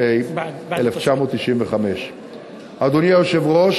התשנ"ה 1995. אדוני היושב-ראש,